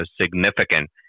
significant